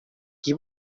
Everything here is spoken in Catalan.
qui